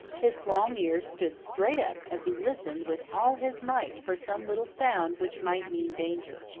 his long ears stood straight up as he listened with all his might for some little sound which might mean danger.